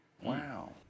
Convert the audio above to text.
Wow